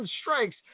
strikes